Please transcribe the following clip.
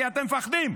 כי אתם מפחדים,